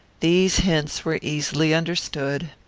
these hints were easily understood.